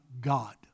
God